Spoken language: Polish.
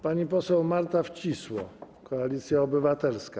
Pani poseł Marta Wcisło, Koalicja Obywatelska.